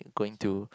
going to